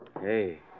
Hey